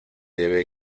debe